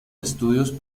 estudios